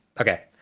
Okay